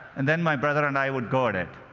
and then my brother and i would go at it.